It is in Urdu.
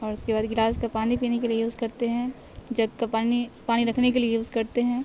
اور اس کے بعد گلاس کا پانی پینے کے لیے یوز کرتے ہیں جگ کا پانی پانی رکھنے کے لیے یوز کرتے ہیں